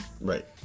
Right